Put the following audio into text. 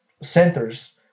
centers